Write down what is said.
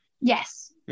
Yes